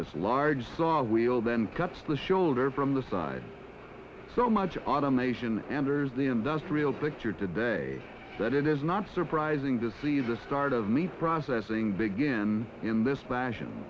this large saw will then cuts the shoulder from the side so much automation enters the industrial picture today that it is not surprising to see the start of meat processing begin in this fashion